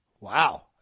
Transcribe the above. Wow